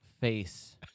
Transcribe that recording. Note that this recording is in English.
face